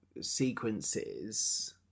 sequences